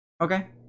Okay